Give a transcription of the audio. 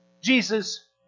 Jesus